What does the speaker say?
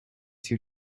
two